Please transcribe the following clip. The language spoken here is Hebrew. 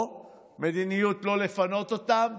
או שהמדיניות היא לא לפנות אותם?